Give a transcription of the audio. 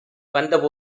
வந்த